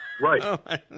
Right